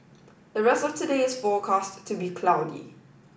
the rest of today is forecast to be cloudy